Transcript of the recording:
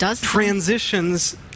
transitions